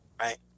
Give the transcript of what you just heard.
right